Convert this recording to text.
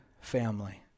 family